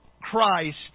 Christ